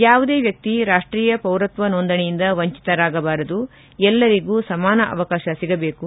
ಯಾವುದೇ ವ್ಲಕ್ಷಿ ರಾಷ್ಲೀಯ ಪೌರತ್ವ ನೋಂದಣಿಯಿಂದ ವಂಚಿತರಾಗಬಾರದು ಎಲ್ಲರಿಗೂ ಸಮಾನ ಅವಕಾಶ ಸಿಗಬೇಕು